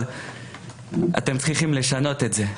אבל אתם צריכים לשנות את זה.